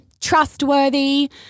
trustworthy